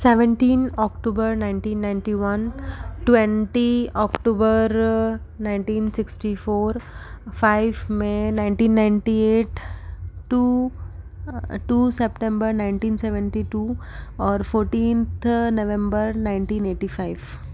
seventeen October nineteen ninety one twenty October nineteen sixty four five May nineteen ninety eight two two September nineteen seventy two और fourteenth November nineteen eighty five